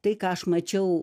tai ką aš mačiau